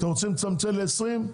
אתם רוצים לצמצם ל- 20,